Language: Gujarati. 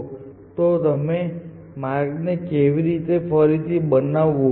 તેથી આપણે બીજી સમસ્યા પર નજર કરીએ છીએ કે માર્ગને કેવી રીતે ફરીથી બનાવવું